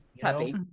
puppy